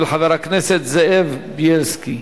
נתקבלה.